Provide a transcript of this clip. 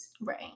right